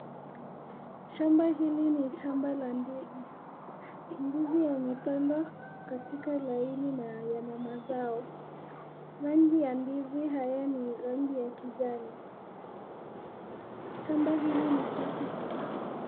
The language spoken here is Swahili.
Shamba hili ni shamba la ndizi. Ndizi yamepandwa katika laini na yana mazao. Mengi ya ndizi hayo ni rangi ya kijani. Shamba hili ni safi sanaa.